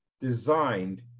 designed